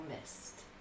missed